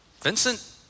Vincent